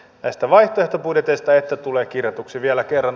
näistä vaihtoehtobudjeteista jotta tulee kirjatuksi vielä kerran